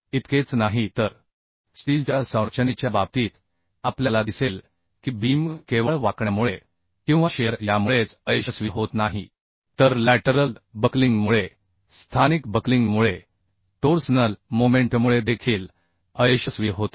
इतकेच नाही तर स्टीलच्या संरचनेच्या बाबतीत आपल्याला दिसेल की बीम केवळ बेन्डीगमुळे किंवा शिअर यामुळेच अयशस्वी होत नाही तर बाजूकडील बक्लिंगमुळे स्थानिक बक्लिंगमुळे टोर्सनल मोमेंटमुळे देखील अयशस्वी होते